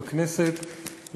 חבר הכנסת עמר בר-לב.